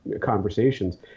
conversations